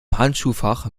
handschuhfach